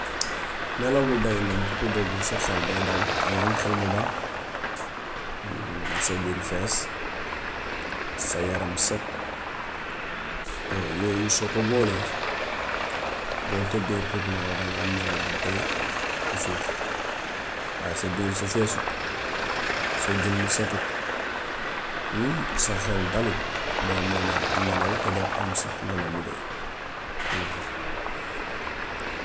Nelaw bu doy moom ku ko bëgg, sa xel day dal, daŋay am xel mu dal sa biir fees, sa yaram set. Yooyu soo ko boolee, boo tëddee pour nelaw daŋa am nelaw bu doy bu féex. Waaye sa biir bu feesul, sa jëmm setut, sa xel dalut, doo man a nelaw, te doo am sax nelaw bu doy.